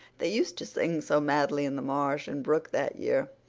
they used to sing so madly in the marsh and brook that year.